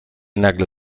nagle